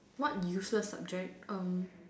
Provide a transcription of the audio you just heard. what useless subject